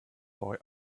boy